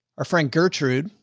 our frank gertrude,